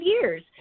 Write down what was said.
years